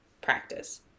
practice